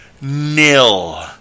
Nil